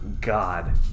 God